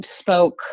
spoke